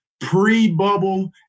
pre-bubble